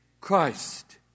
Christ